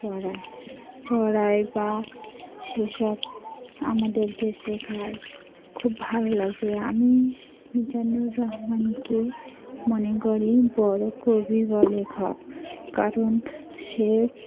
পড়ায় পড়ায় বা সেসব আমাদেরকে শেখায় খুব ভালো লাগে আমি মিজানুর রহমানকে মনে করি বড়ো কবি বা লেখক কারণ সে